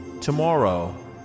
Tomorrow